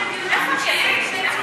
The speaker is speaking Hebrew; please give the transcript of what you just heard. איפה הכסף?